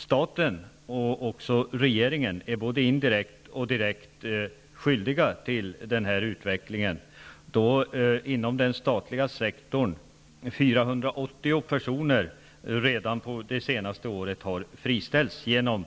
Staten och regeringen är både indirekt och direkt skyldiga till utvecklingen, då inom den statliga sektorn 480 personer redan under det senaste året har friställts genom